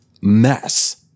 mess